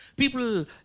People